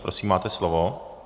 Prosím, máte slovo.